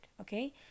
okay